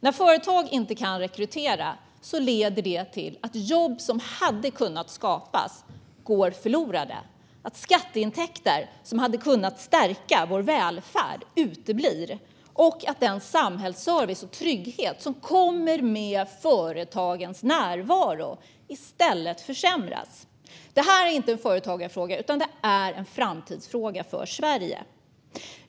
Att företag inte kan rekrytera leder till att jobb som hade kunnat skapas går förlorade, till att skatteintäkter som hade kunnat stärka vår välfärd uteblir och till att den samhällsservice och trygghet som kommer med företagens närvaro i stället försämras. Detta är inte en företagarfråga, utan det är en framtidsfråga för Sverige.